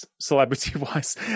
celebrity-wise